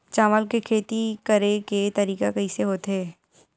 चावल के खेती करेके तरीका कइसे होथे?